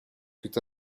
fut